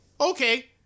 Okay